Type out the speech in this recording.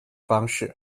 方式